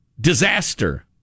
disaster